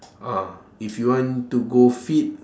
ah if you want to go fit